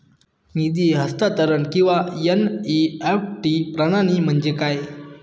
निधी हस्तांतरण किंवा एन.ई.एफ.टी प्रणाली म्हणजे काय?